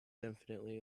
definitively